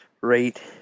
rate